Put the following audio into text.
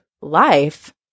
life